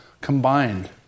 combined